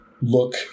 look